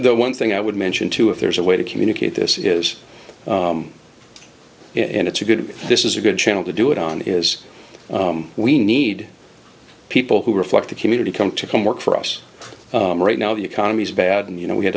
the one thing i would mention to if there's a way to communicate this is and it's a good this is a good channel to do it on is we need people who reflect a community come to come work for us right now the economy's bad and you know we had